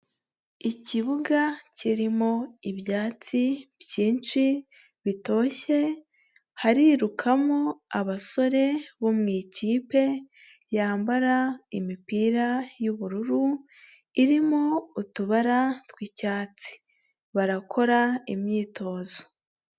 Ikibuga kirimo ibyatsi byinshi bitoshye, harirukamo abasore bo mu ikipe yambara imipira y'ubururu irimo utubara tw'icyatsi, barakora imyitozo.